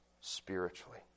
spiritually